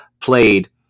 played